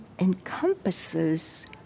encompasses